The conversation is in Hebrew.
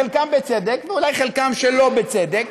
חלקם בצדק ואולי חלקם שלא בצדק,